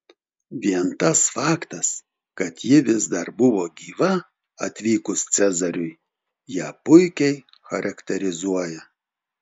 vien tas faktas kad ji vis dar buvo gyva atvykus cezariui ją puikiai charakterizuoja